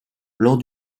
lors